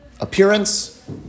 Appearance